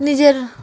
নিজের